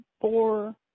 four